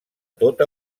tota